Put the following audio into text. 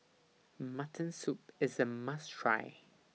Mutton Soup IS A must Try